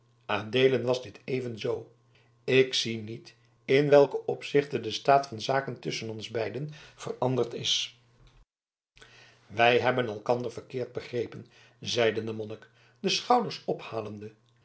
adeelen was dit even zoo ik zie niet in welken opzichte de staat van zaken tusschen ons beiden veranderd is wij hebben elkander verkeerd begrepen zeide de monnik de schouders ophalende